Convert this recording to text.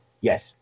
yes